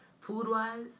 Food-wise